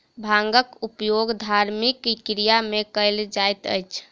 भांगक उपयोग धार्मिक क्रिया में कयल जाइत अछि